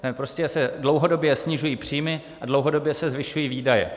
Tam se dlouhodobě snižují příjmy a dlouhodobě se zvyšují výdaje.